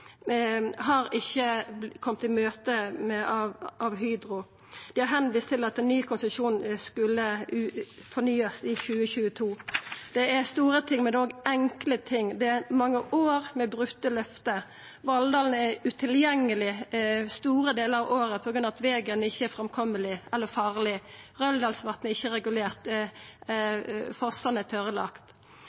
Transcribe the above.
har ikkje vorte komne i møte av Hydro. Dei har vist til at den nye konsesjonen skulle fornyast i 2022. Det er store ting, men det er òg enkle ting, det er mange år med brotne løfte. Valldalen er utilgjengeleg store delar av året på grunn av at vegen ikkje er framkomeleg eller er farleg. Røldalsvatnet er ikkje regulert,